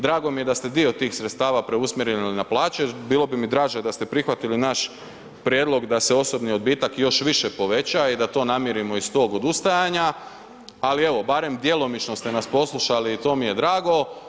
Drago mi je da ste dio tih sredstava preusmjerili na plaće, bilo bi mi draže da ste prihvatili naš prijedlog da se osobni odbitak još više poveća i da to namirimo iz tog odustajanja, ali evo barem djelomično ste nas poslušali i to mi je drago.